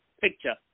Picture